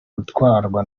gutwarwa